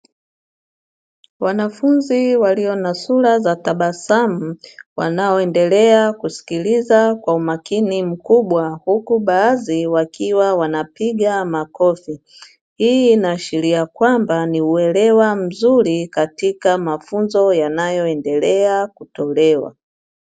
Wanafunzi walio na sura za tabasamu, wanaendelea kusikiliza kwa umakini mkubwa, huku baadhi wakiwa wanapiga makofi. Hii inaashiria kwamba ni uelewa mzuri katika mafunzo yanayoendelea kutolewa.